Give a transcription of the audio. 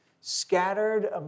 Scattered